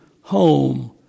home